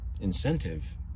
incentive